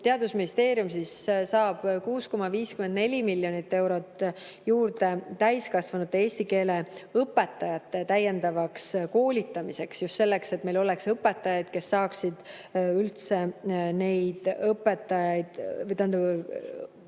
Teadusministeerium saab 6,54 miljonit eurot juurde täiskasvanute eesti keele õpetajate täiendavaks koolitamiseks just selleks, et meil oleks õpetajaid, kes saaksid õpetada eesti keelt